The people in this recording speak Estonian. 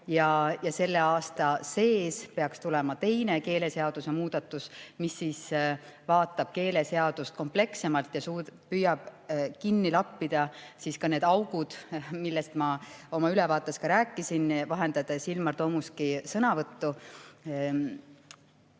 Selle aasta sees peaks tulema teine keeleseaduse muudatus, mis vaatab keeleseadust komplekssemalt ja püüab kinni lappida ka need augud, millest ma oma ülevaates rääkisin, vahendades Ilmar Tomuski sõnavõttu.